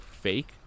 fake